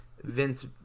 Vince